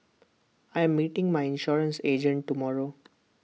I am meeting my insurance agent tomorrow